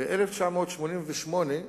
ב-1988,